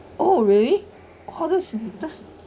oh really !whoa! that's that's